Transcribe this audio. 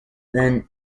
then